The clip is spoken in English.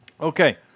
Okay